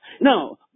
now